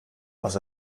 was